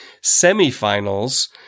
semifinals